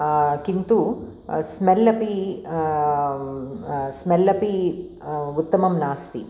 किन्तु स्मेल् अपि स्मेल् अपि उत्तमं नास्ति